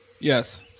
Yes